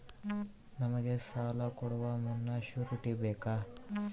ನಮಗೆ ಸಾಲ ಕೊಡುವ ಮುನ್ನ ಶ್ಯೂರುಟಿ ಬೇಕಾ?